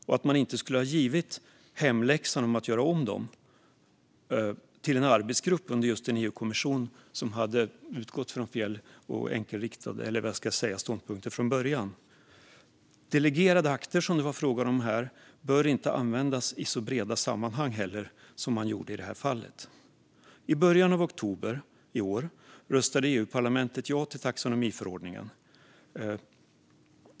Man skulle inte ha givit hemläxan att göra om dem till en arbetsgrupp under en EU-kommission som utgick från fel och enkelriktade ståndpunkter från början. Delegerade akter, som det var frågan om, bör inte användas i så breda sammanhang som man gjorde i det här fallet. I början av oktober i år röstade EU-parlamentet ja till taxonomiförordningen.